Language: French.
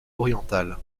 oriental